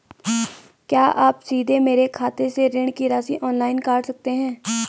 क्या आप सीधे मेरे खाते से ऋण की राशि ऑनलाइन काट सकते हैं?